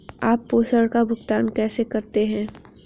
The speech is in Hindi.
आप प्रेषण का भुगतान कैसे करते हैं?